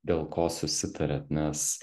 dėl ko susitariat nes